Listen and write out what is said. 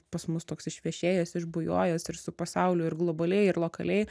pas mus toks išvešėjęs išbujojęs ir su pasauliu ir globaliai ir lokaliai